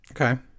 Okay